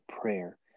prayer